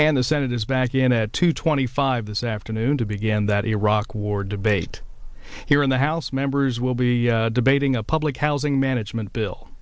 and the senate is back in at two twenty five this afternoon to begin that iraq war debate here in the house members will be debating a public housing management bill